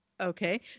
Okay